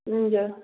हजुर